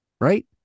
right